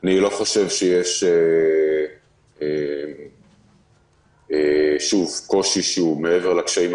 היינו בקשר הדוק עם ראש הרשות שהיו לה עמדות מעט שונות משלנו,